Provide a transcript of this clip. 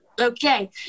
Okay